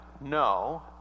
no